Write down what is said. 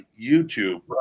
YouTube